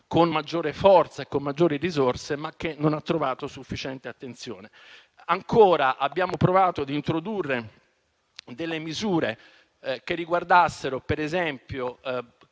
con maggior forza e maggiori risorse, ma che non ha trovato sufficiente attenzione. Abbiamo provato a introdurre misure che riguardassero, per esempio,